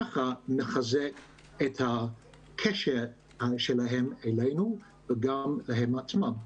ככה נחזק את הקשר שלהם אלינו, וגם להם עצמם.